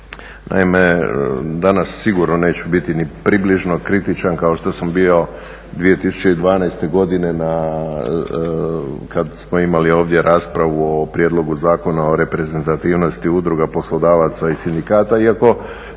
Naime, danas sigurno neću biti ni približno kritičan kao što sam bio 2012.godine kada smo imali ovdje raspravu o Prijedlogu zakona o reprezentativnosti udruga poslodavaca i sindikata, iako